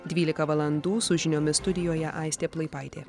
dvylika valandų su žiniomis studijoje aistė plaipaitė